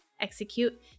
execute